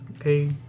Okay